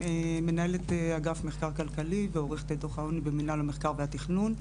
מנהלת אגף מחקר כלכלי ועורכת את דוח העוני במינהל המחקר והתכנון.